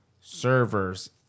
servers